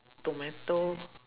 tomato